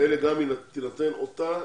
לאלה גם תינתן אותה